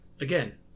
again